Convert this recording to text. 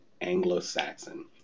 Anglo-Saxon